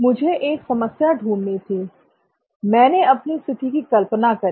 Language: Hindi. मुझे एक समस्या ढूंढनी थी मैंने अपनी स्थिति की कल्पना करी